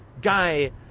Guy